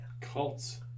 cults